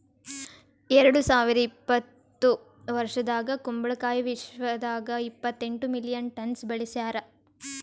ಎರಡು ಸಾವಿರ ಇಪ್ಪತ್ತು ವರ್ಷದಾಗ್ ಕುಂಬಳ ಕಾಯಿ ವಿಶ್ವದಾಗ್ ಇಪ್ಪತ್ತೆಂಟು ಮಿಲಿಯನ್ ಟನ್ಸ್ ಬೆಳಸ್ಯಾರ್